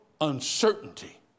uncertainty